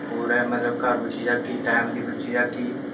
पूरा ऐ मतलब घर पुज्जी जाह्गी टैम दी पुज्जी जाह्गी